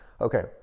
Okay